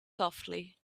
softly